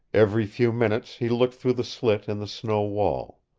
every few minutes he looked through the slit in the snow wall.